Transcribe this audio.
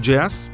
Jazz